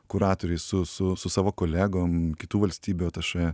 kuratoriai su su su savo kolegom kitų valstybių atašė